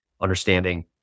understanding